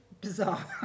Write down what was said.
bizarre